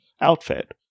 outfit